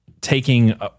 taking